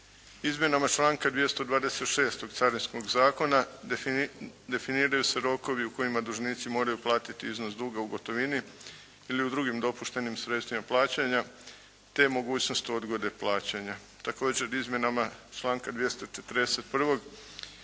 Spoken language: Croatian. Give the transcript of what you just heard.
Izmjenama članka 226. Carinskog zakona definiraju se rokovi u kojima dužnici moraju platiti iznos duga u gotovini ili u drugim dopuštenim sredstvima plaćanja te mogućnost odgode plaćanja. Također izmjenama članka 241.